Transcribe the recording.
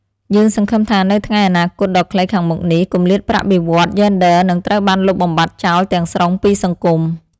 យើងសង្ឃឹមថានៅថ្ងៃអនាគតដ៏ខ្លីខាងមុខនេះគម្លាតប្រាក់បៀវត្សរ៍យេនឌ័រនឹងត្រូវបានលុបបំបាត់ចោលទាំងស្រុងពីសង្គម។